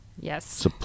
Yes